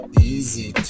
easy